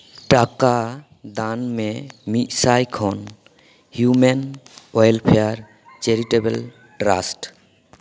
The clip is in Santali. ᱴᱟᱠᱟ ᱫᱟᱱ ᱢᱮ ᱢᱤᱫ ᱥᱟᱭ ᱠᱷᱚᱱ ᱦᱤᱭᱩᱢᱮᱱ ᱳᱭᱮᱞᱯᱷᱮᱭᱟᱨ ᱪᱮᱨᱤᱴᱮᱵᱮᱞ ᱴᱨᱟᱥᱴ